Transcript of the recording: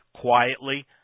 quietly